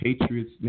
Patriots